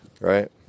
right